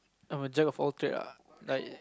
I'm a jack of all trade ah like